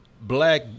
black